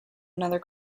another